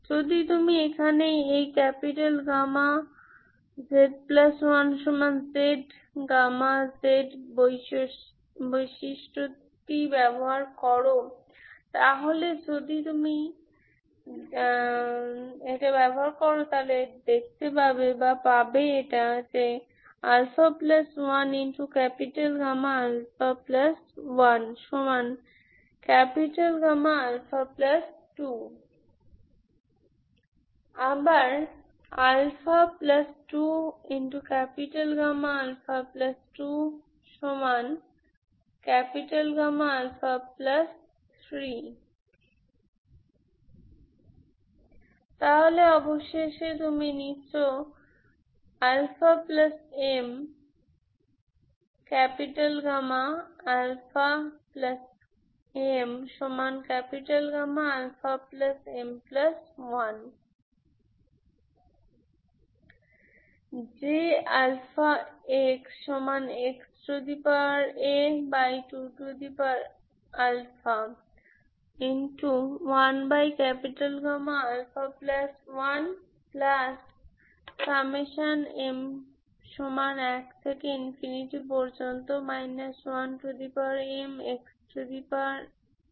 যদি তুমি এখানে এই z1z Γz বৈশিষ্ট্যটি ব্যবহার করো তাহলে যদি তুমি ব্যবহার করো এটা α1Γα1 Γα2 Again α2Γα2 Γα3 তাহলে অবশেষে তুমি নিচ্ছ αmαm Γαm1 তাহলে যদি তুমি এটা করো J x2 1α1m1 1mx2m22mm